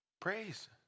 Praise